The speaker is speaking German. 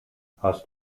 hast